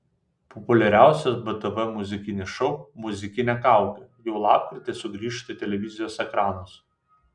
populiariausias btv muzikinis šou muzikinė kaukė jau lapkritį sugrįžta į televizijos ekranus